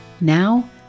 Now